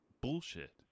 Bullshit